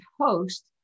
host